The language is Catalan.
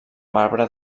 marbre